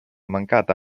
mancata